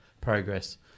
progress